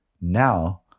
Now